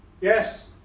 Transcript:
Yes